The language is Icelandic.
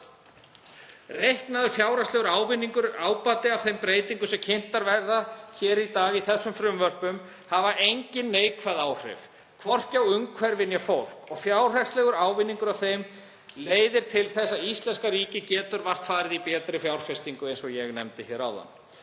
Reiknaður fjárhagslegur ábati af þeim breytingum sem kynntar verða hér í dag í þessum frumvörpum hefur engin neikvæð áhrif, hvorki á umhverfi né fólk, og fjárhagslegur ávinningur af þeim leiðir til þess að íslenska ríkið getur vart farið í betri fjárfestingu. Eftir alla